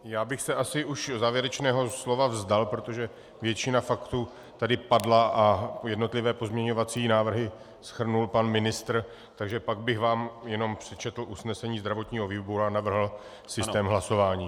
Já bych se asi už závěrečného slova vzdal, protože většina faktů tady padla a jednotlivé pozměňovací návrhy shrnul pan ministr, takže pak bych vám jenom přečetl usnesení zdravotního výboru a navrhl systém hlasování.